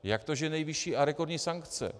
Jak to, že nejvyšší a rekordní sankce?